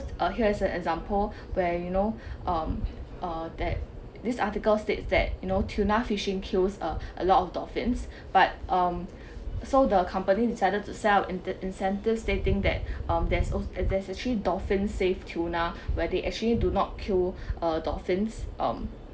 here is an example where you know um uh that this article states that you know tuna fishing kills uh a lot of dolphins but um so the company decided to sell in~ the incentive stating that um there's al~ there's actually dolphin safe tuna where they actually do not kill uh dolphins um